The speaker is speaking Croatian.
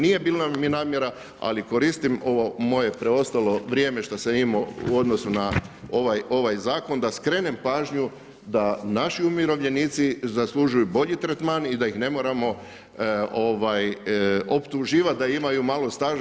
Nije bila mi namjera, ali koristim ovo moje preostalo vrijeme što sam imao u odnosu na ovaj Zakon da skrenem pažnju da naši umirovljenici zaslužuju bolji tretman i da ih ne moramo optuživati da imaju malo staža.